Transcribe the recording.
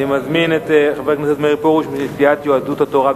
אני מזמין את חבר הכנסת מאיר פרוש מסיעת יהדות התורה.